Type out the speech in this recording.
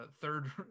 Third